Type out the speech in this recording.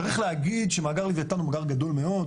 צריך להגיד שמאגר לוויתן הוא מאגר גדול מאוד,